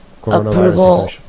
Approval